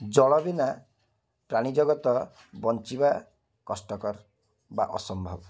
ଜଳ ବିନା ପ୍ରାଣୀଜଗତ ବଞ୍ଚିବା କଷ୍ଟକର ବା ଅସମ୍ଭବ